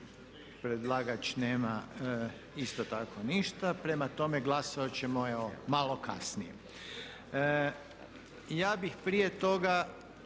Predlagač nema isto tako ništa. Prema tome, glasovat ćemo evo malo kasnije. **Reiner, Željko